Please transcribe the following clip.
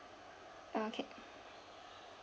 okay